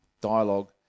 dialogue